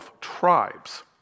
tribes